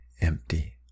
empty